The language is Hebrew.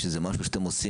יש משהו שאתם עושים?